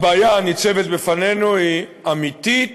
הבעיה הניצבת בפנינו היא אמיתית,